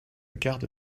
garde